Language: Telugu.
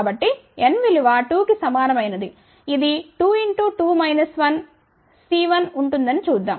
కాబట్టిn విలువ 2 కి సమానమైనది ఇది 2x2 1 C1 ఉంటుందని చూద్దాం